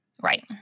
Right